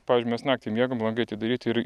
pavyzdžiui mes naktį miegam langai atidaryti ir